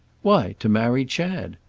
why to marry chad.